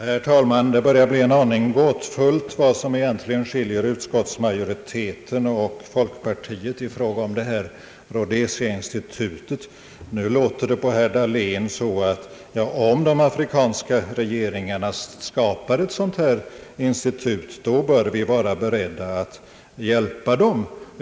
Herr talman! Det börjar bli en aning gåtfullt vad som egentligen skiljer utskottsmajoriteten och folkpartiet i fråga om detta Rhodesiainstitut. Nu låter det på herr Dahlén så, att om de afrikanska regeringarna skapar ett sådant här institut, bör vi vara beredda att hjälpa dem.